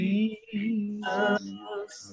Jesus